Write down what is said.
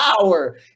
power